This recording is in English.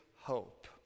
hope